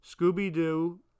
Scooby-Doo